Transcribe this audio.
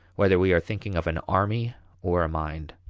whether we are thinking of an army or a mind.